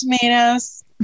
Tomatoes